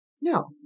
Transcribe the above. No